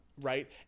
right